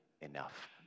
enough